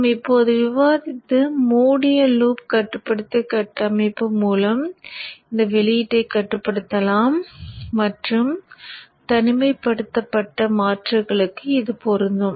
நாம் இப்போது விவாதித்த மூடிய லூப் கட்டுப்படுத்தி கட்டமைப்பு மூலம் இந்த வெளியீட்டை கட்டுப்படுத்தலாம் மற்றும் தனிமைப்படுத்தப்பட்ட மாற்றுகளுக்கும் இது பொருந்தும்